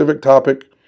topic